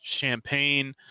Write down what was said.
champagne